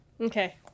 Okay